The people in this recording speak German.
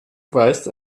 weist